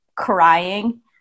crying